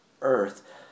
earth